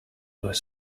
were